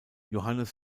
johannes